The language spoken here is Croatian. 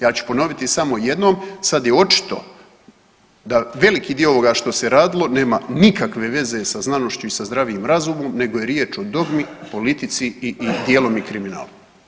Ja ću ponoviti samo jednom sad je očito da veliki dio ovog što se radilo nema nikakve veze sa znanošću i sa zdravim razumom nego je riječ o dogmi, politici dijelom i kriminalu.